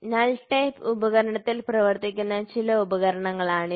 null type ഉപകരണത്തിൽ പ്രവർത്തിക്കുന്ന ചില ഉപകരണങ്ങളാണിവ